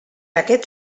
aquest